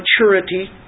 maturity